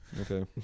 Okay